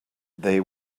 they